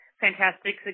fantastic